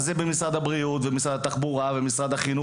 זה במשרד הבריאות, במשרד החינוך, במשרד התחבורה.